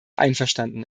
einverstanden